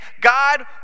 God